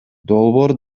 долбоор